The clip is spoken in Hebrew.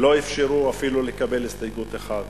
לא אפשרו אפילו לקבל הסתייגות אחת.